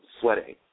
sweating